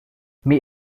may